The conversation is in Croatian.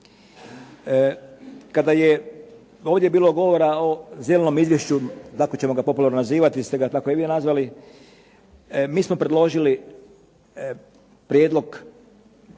Kada je ovdje bilo govora o Zelenom izvješću, tako ćemo ga popularno nazivati jer ste ga tako i vi